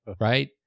Right